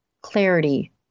clarity